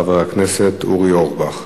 חבר הכנסת אורי אורבך.